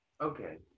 Okay